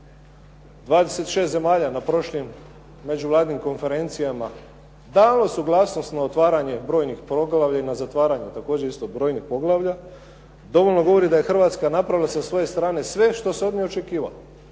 26 zemalja na prošlim međuvladinim konferencijama dalo suglasnost na otvaranje brojnih poglavlja i na zatvaranju također isto brojnih poglavlja, dovoljno govori da je Hrvatska napravila sa svoje strane sve što se od nje očekivalo.